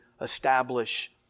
establish